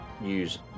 use